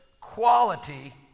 quality